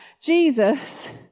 Jesus